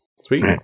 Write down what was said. Sweet